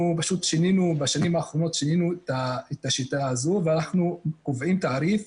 ובשנים האחרונות שינינו את השיטה הזו ואנחנו קובעים תעריף